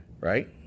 Right